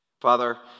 Father